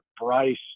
Bryce